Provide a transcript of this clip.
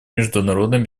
международной